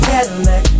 Cadillac